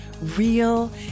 real